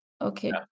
Okay